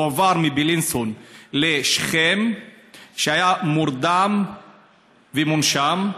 הועבר מבלינסון לשכם כשהיה מורדם ומונשם.